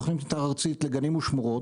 תוכנית מתאר ארצית לגנים ושמורות,